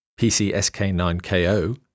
PCSK9KO